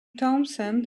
townsend